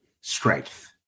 strength